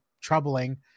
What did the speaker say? troubling